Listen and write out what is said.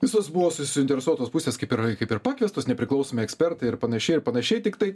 visos buvo suinteresuotos pusės kaip ir kaip ir pakviestos nepriklausomi ekspertai ir panašiai ir panašiai tiktai